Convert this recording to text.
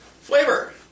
Flavor